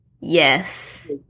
yes